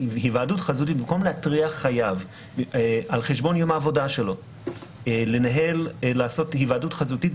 במקום להטריח חייב על חשבון יום העבודה שלו לעשות היוועדות חזותית,